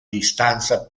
distanza